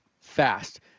fast